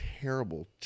terrible